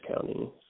County